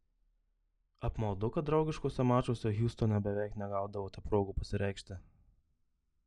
apmaudu kad draugiškuose mačuose hjustone beveik negaudavote progų pasireikšti